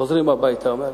חוזרים הביתה ואומרים: